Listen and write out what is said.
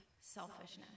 selfishness